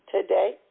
today